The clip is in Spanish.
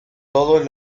todos